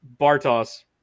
Bartos